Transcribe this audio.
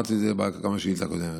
אמרתי את זה גם בשאילתה הקודמת.